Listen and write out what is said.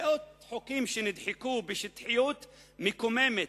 מאות חוקים שנדחקו בשטחיות מקוממת,